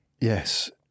Yes